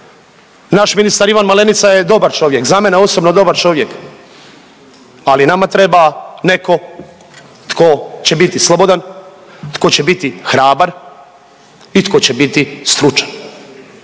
Naš ministar Ivan Malenica je dobar čovjek, za mene osobno dobar čovjek, ali nama treba neko tko će biti slobodan, tko će biti hrabar i tko će biti stručan,